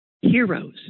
heroes